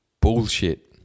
Bullshit